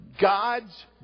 God's